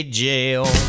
jail